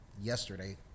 yesterday